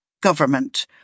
government